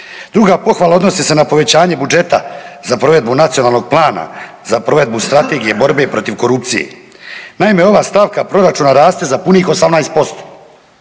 Druga pohvala odnosi se na povećanje budžeta za provedbu nacionalnog plana, za provedbu Strategije borbe protiv korupcije. Naime, ova stavka proračuna raste za punih 18%